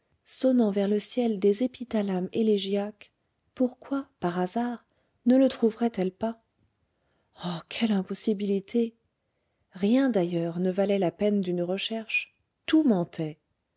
sonnant vers le ciel des épithalames élégiaques pourquoi par hasard ne le trouverait-elle pas oh quelle impossibilité rien d'ailleurs ne valait la peine d'une recherche tout mentait